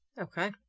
Okay